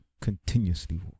continuously